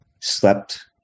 slept